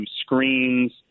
screens